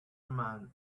man